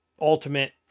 Ultimate